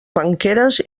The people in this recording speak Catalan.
penqueres